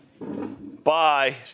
Bye